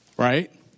Right